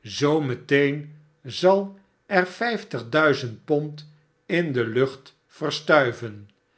zoo meteen zal er vijftig duizend pond in de lucht